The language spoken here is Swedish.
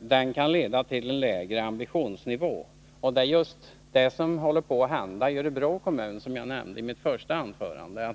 den kan leda till en lägre ambitionsnivå på det här området. Det är just det som håller på att hända i Örebro kommun, som jag nämnde i mitt första anförande.